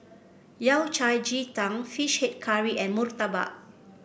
Yao Cai Ji Tang fish head curry and murtabak